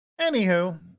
Anywho